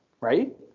right